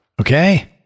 Okay